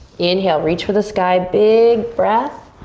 inhale, reach for the sky, big breath.